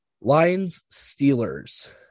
Lions-Steelers